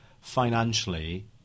financially